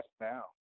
now